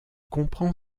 comprend